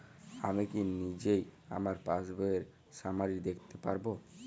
আমি কি নিজেই আমার পাসবইয়ের সামারি দেখতে পারব?